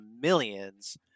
millions